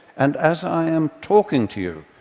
and as i am talking to you,